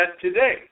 today